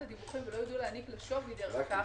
הדיווחים ולא יידעו להעניק לה שווי דרך כך,